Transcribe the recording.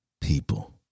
people